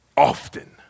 Often